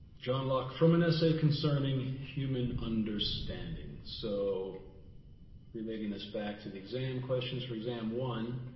john locke from an essay concerning human understanding so relating this back to the exam questions for exam one,